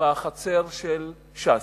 בחצר של ש"ס.